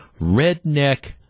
redneck